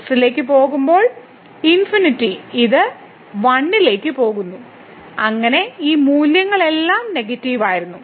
x ലേക്ക് പോകുമ്പോൾ ∞ ഇത് 1 ലേക്ക് പോകുന്നു അങ്ങനെ ഈ മൂല്യങ്ങളെല്ലാം നെഗറ്റീവ് ആയിരുന്നു